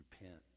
repent